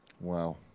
Wow